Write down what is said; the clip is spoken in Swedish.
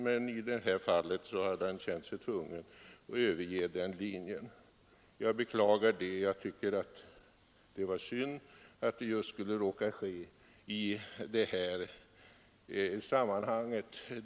Men i detta fall hade han känt sig tvungen att överge den linjen, vilket jag beklagar. Det var synd att det skulle råka ske just i detta sammanhang.